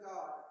God